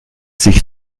sich